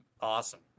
awesome